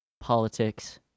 Politics